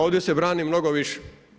Ovdje se brani mnogo više.